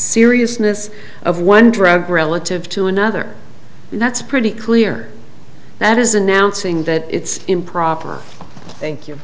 seriousness of one drug relative to another that's pretty clear that is announcing that it's improper thank you